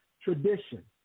tradition